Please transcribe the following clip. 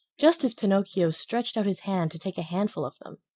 just as pinocchio stretched out his hand to take a handful of them,